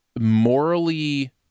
morally